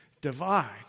divide